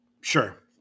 Sure